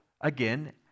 again